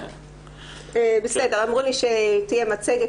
אמרו לי שתהיה מצגת